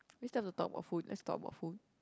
we start to talk about food let's talk about food